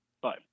bye